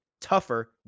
Tougher